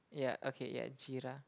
ya okay ya jeera